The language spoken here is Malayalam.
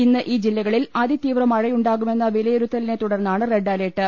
ഇ്ന്ന് ഈ ജില്ലകളിൽ അതി തീവ്ര മഴയുണ്ടാകുമെന്ന വില്യിരുത്തലിനെ തുടർന്നാണ് റെഡ് അലർട്ട്